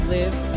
Live